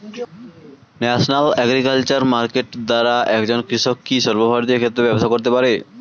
National agriculture market দ্বারা একজন কৃষক কি সর্বভারতীয় ক্ষেত্রে ব্যবসা করতে পারে?